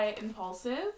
impulsive